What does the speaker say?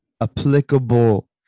applicable